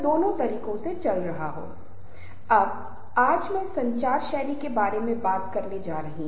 समूह के कामकाज में संबंध बहुत मायने रखते हैं